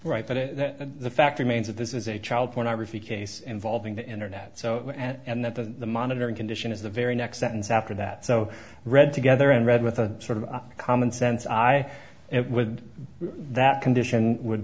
right but the fact remains that this is a child pornography case involving the internet and that the monitoring condition is the very next sentence after that so read together and read with a sort of common sense i would that condition would